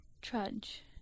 Trudge